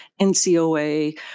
NCOA